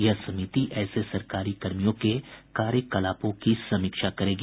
यह समिति ऐसे सरकारी कर्मियों के कार्यकलापों की समीक्षा करेगी